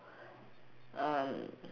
um